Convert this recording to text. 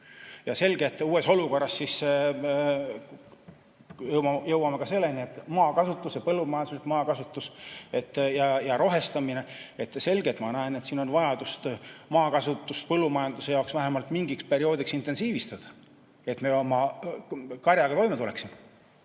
On selge, et uues olukorras jõuame ka maakasutuse, põllumajandusliku maakasutuse ja rohestamise juurde. Selge, ma näen, et on vajadus maakasutust põllumajanduse jaoks vähemalt mingiks perioodiks intensiivistada, et me oma karjaga toime tuleksime.